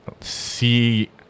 see